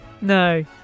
no